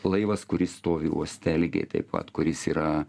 laivas kuris stovi uoste lygiai taip pat kuris yra